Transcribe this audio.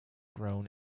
grown